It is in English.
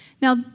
Now